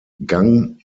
gang